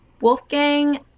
Wolfgang